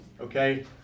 Okay